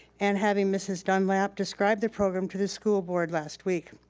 and having mrs. dunlap describe the program to the school board last week.